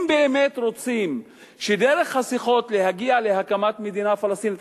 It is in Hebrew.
אם באמת רוצים דרך השיחות להגיע להקמת מדינה פלסטינית,